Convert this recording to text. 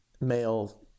male